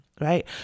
right